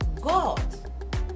God